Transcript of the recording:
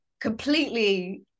completely